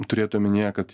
turėt omenyje kad